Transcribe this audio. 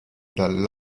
dal